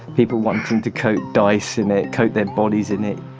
people wanting to coat dice in it, coat their bodies in it.